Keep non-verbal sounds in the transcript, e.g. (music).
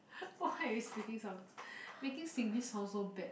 (laughs) why are you speaking some making singlish sound so bad